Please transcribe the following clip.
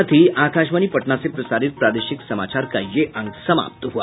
इसके साथ ही आकाशवाणी पटना से प्रसारित प्रादेशिक समाचार का ये अंक समाप्त हुआ